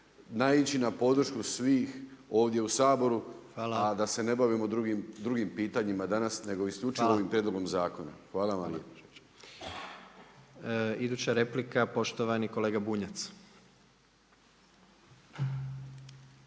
naići na podršku svih ovdje u Saboru, a da se ne bavimo drugim pitanjima danas, nego isključivo ovim prijedlogom zakona. Hvala.